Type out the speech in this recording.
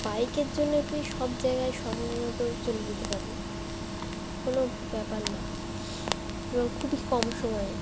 বাইকের জন্যে তুই সব জায়গায় সময় মতো চলে যেতে পারবি কোনো ব্যাপার না এবং খুবই কম সময়ে